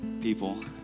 people